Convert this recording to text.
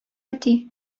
әти